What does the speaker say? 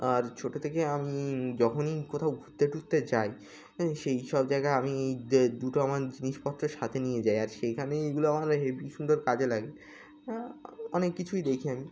আর ছোটো থেকে আমি যখনই কোথাও ঘুরতে টুরতে যাই সেই সব জায়গায় আমি এই দুটো আমার জিনিসপত্রের সাথে নিয়ে যাই আর সেইখানে এইগুলো আমার হেভি সুন্দর কাজে লাগে অনেক কিছুই দেখি আমি